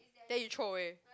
then you throw away